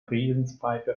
friedenspfeife